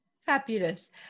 Fabulous